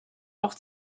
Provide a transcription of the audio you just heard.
auch